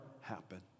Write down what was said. happen